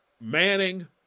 Manning